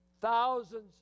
thousands